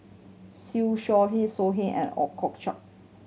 Siew Shaw So Heng and Ooi Kok Chuen